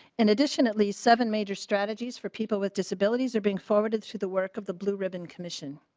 in addition at least seven major strategies for people with disabilities are being forwarded to the work of the blue ribbon commission.